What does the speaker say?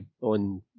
on